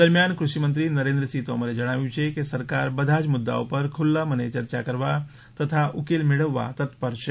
દરમ્યાન કુષિમંત્રી નરેન્દ્રસિંહ તોમરે જણાવ્યું છે કે સરકાર બધા જ મુદ્દાઓ ઉપર ખુલ્લા મને ચર્ચા કરવા તથા ઉકેલ મેળવવા તત્પર છે